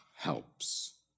helps